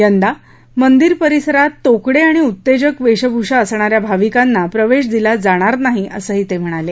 यदा मंदिर परिसरात तोकडे आणि उत्तेजक वेशभूषा करणा या भाविकांना प्रवेश दिला जाणार नाही असंही ते म्हणाले